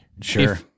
Sure